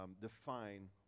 define